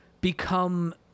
become